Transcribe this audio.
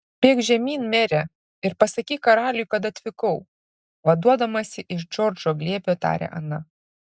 bėk žemyn mere ir pasakyk karaliui kad atvykau vaduodamasi iš džordžo glėbio tarė ana